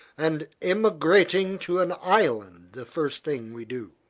and emigrating to an island the first thing we do.